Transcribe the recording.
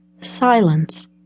silence